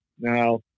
now